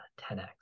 10x